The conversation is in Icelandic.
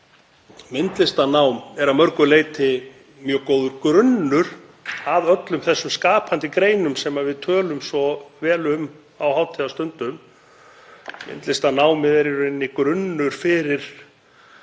myndlistarnám er að mörgu leyti mjög góður grunnur að öllum þessum skapandi greinum sem við tölum svo vel um á hátíðarstundum. Myndlistarnám er í raun grunnur fyrir